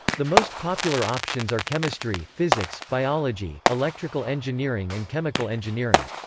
the most popular options are chemistry, physics, biology, electrical engineering and chemical engineering.